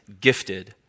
Gifted